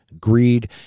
greed